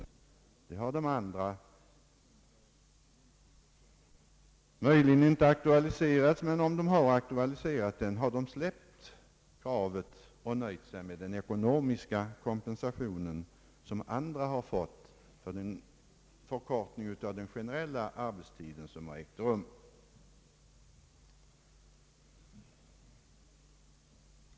Andra grupper har möjligen inte aktualiserat krav på kortare arbetstid i samband med kompensationen, men om de aktualiserat ett sådant krav har de släppt detta och nöjt sig med den ekonomiska kompensation som andra fått för den förkortning av den generella arbetstiden som ägt rum.